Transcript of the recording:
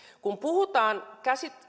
kun puhutaan